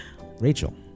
Rachel